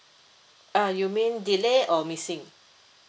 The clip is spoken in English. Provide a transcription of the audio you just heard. uh you mean delay or missing